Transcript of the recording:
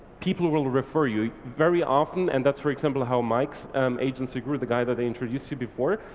people will refer you very often, and that's for example how maik's agency grew. the guy that i introduced you before,